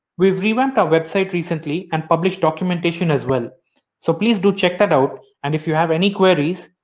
we've revamped our website recently and published documentation as well so please do check that out and if you have any queries,